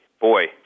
boy